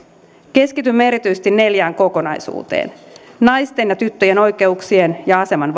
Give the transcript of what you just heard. keskitymme erityisesti neljään kokonaisuuteen naisten ja tyttöjen oikeuksien ja aseman